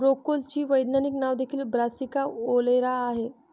ब्रोकोलीचे वैज्ञानिक नाव देखील ब्रासिका ओलेरा आहे